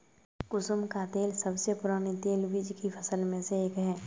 कुसुम का तेल सबसे पुराने तेलबीज की फसल में से एक है